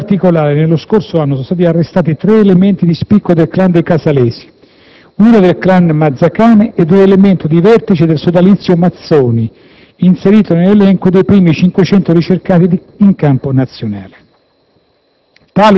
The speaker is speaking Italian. In particolare, nello scorso anno sono stati arrestati tre elementi di spicco del clan dei Casalesi, uno del clan Mazzacane ed un elemento di vertice del sodalizio Mazzoni inserito nell'elenco dei primi 500 ricercati in campo nazionale.